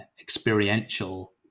experiential